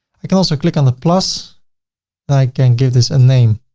i can also click on the plus and i can give this a name,